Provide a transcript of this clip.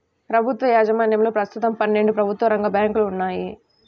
ప్రభుత్వ యాజమాన్యంలో ప్రస్తుతం పన్నెండు ప్రభుత్వ రంగ బ్యాంకులు ఉన్నాయి